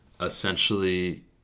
Essentially